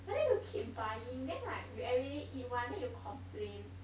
but then you keep buying then like you everyday eat one then you complain